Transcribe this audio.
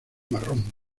marrón